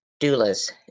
doulas